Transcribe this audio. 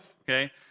okay